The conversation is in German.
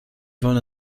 wollen